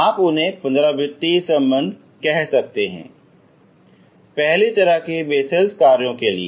आप उन्हें पुंराव्रत्ति संबंध कह सकते हैंपहली तरह के बेलेल कार्यों के लिए